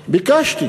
ביקשתי,